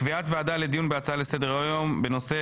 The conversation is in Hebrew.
קביעת ועדה לדיון בהצעה לסדר היום בנושא